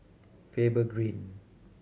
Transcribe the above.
Faber Green